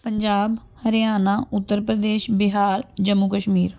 Punjab Haryana Uttar Pradesh Bihar Jammu Kashmir